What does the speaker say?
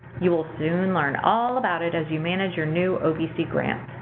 you will soon learn all about it as you manage your new ovc grant.